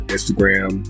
Instagram